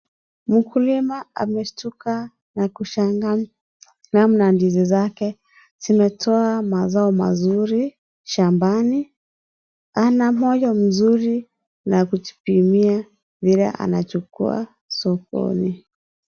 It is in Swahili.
Mkulima ameshtuka na kushangaa namna ndizi zake zimetoa mazao mazuri shambani. Ana moyo mzuri na kujipimia vile anachukua sokoni.